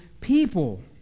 people